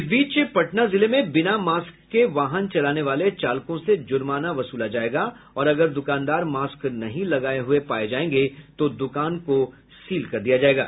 इस बीच पटना जिले में बिना मास्क के वाहन चलाने वाले चालकों से जुर्माना वसूला जायेगा और अगर दुकानदार मास्क नहीं लगाये हुए पाये जायेंगे तो दुकान को सील कर दिया जायेगा